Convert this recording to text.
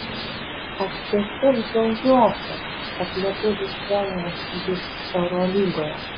aš tiesiog džiaugiuosi kad lietuvis treneris dirbs eurolygoje